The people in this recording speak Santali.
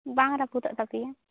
ᱟᱵᱝ ᱨᱟᱹᱯᱩᱫᱚᱜ ᱛᱟᱯᱮᱭᱟ